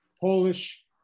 Polish